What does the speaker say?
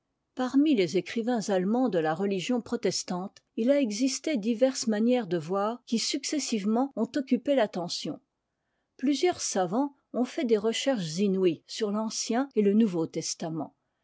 parmi les écrivains allemands de la religion protestante il a existé diverses manières de voir qui successivement ont occupé l'attention plusieurs savants ont fait des recherches inouïes sur l'ancien et le nouveau testament